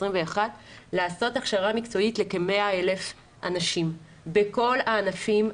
לעשות הכשרה מקצועית לכ-100,000 אנשים בכל הענפים,